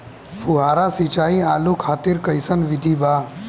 फुहारा सिंचाई आलू खातिर कइसन विधि बा?